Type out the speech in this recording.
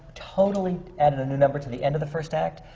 totally added a new number to the end of the first act,